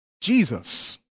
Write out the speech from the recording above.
Jesus